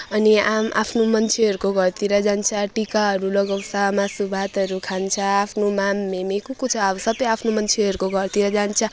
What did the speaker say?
अनि आआफ्नो मान्छेहरूको घरतिर जान्छ टिकाहरू लगाउँछ मासुभातहरू खान्छ आफ्नो माम मिमी को को छ अब सबै आफ्नो मान्छेहरूको घरतिर जान्छ